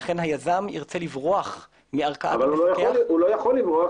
לכן היזם ירצה לברוח מערכאה- -- הוא לא יכול לברוח,